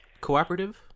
cooperative